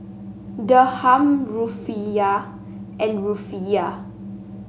Dirham Rufiyaa and Rufiyaa